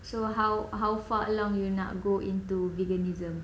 so how how far lang nak go in to into veganism